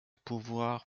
pouvoir